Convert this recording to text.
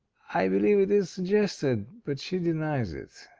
i believe it is suggested but she denies it.